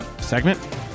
segment